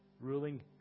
ruling